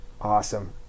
Awesome